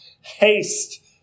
Haste